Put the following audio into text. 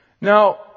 Now